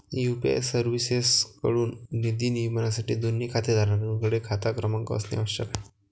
UPI सर्व्हिसेसएकडून निधी नियमनासाठी, दोन्ही खातेधारकांकडे खाता क्रमांक असणे आवश्यक आहे